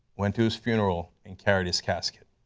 went to his funeral and carried his casket.